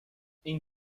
این